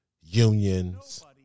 unions